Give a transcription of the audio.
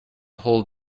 whole